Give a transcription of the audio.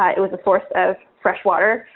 ah it was a source of fresh water.